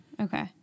Okay